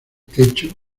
techo